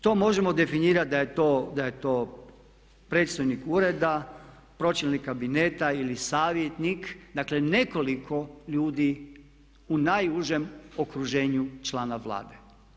To možemo definirati da je to predstojnik ureda, pročelnik kabineta ili savjetnika, dakle nekoliko ljudi u najužem okruženju člana Vlade.